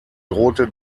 drohte